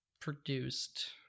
produced